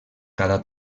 cada